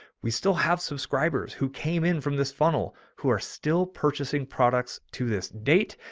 we still have subscribers who came in from this funnel who are still purchasing products to this date,